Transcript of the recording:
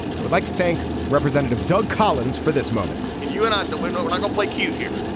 i would like to thank representative doug collins for this moment and you and are the window. and i don't play cute here.